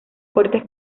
fuertes